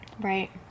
Right